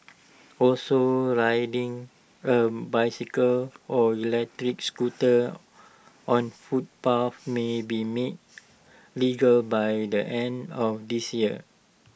also riding A bicycle or electric scooter on footpaths may be made legal by the end of this year